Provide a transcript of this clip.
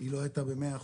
לא היתה במאה אחוז.